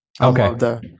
Okay